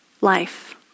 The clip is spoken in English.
life